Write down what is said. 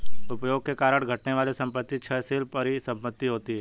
उपभोग के कारण घटने वाली संपत्ति क्षयशील परिसंपत्ति होती हैं